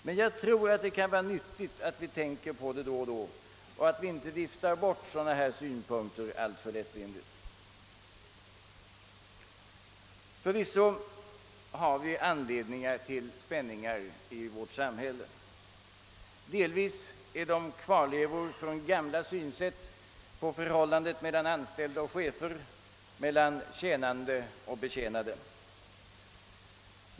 Men det kan nog vara nyttigt att vi tänker på detta då och då och att vi inte viftar bort sådana synpunkter alltför lättvindigt. Förvisso finns det orsaker till spänningar i vårt samhälle. Delvis är det fråga om kvarlevor från gamla synsätt på förhållandet mellan anställda och chefer, mellan tjänande och betjänade.